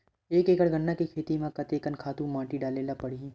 एक एकड़ गन्ना के खेती म कते कन खातु माटी डाले ल पड़ही?